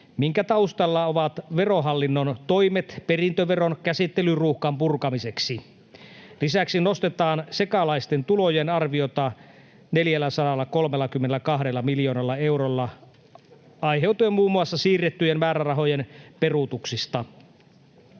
minkä taustalla ovat Verohallinnon toimet perintöveron käsittelyruuhkan purkamiseksi. Lisäksi nostetaan sekalaisten tulojen arviota 432 miljoonalla eurolla aiheutuen muun muassa siirrettyjen määrärahojen peruutuksista.